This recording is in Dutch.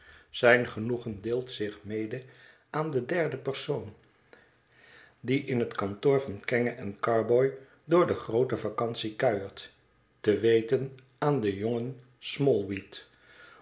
zijn genoegen deelt zich mede aan een derden persoon die in het kantoor van kenge en carboy door de groote vacantie kuiert te weten aan den jongen